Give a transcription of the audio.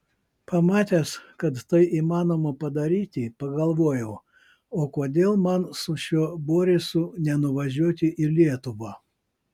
pamatęs kad tai įmanoma padaryti pagalvojau o kodėl man su šiuo borisu nenuvažiuoti į lietuvą